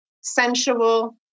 sensual